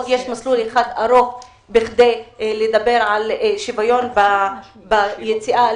יש מסלול ארוך כדי לדבר על שוויון ביציאה,